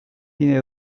tiene